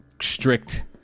strict